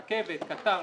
קטר,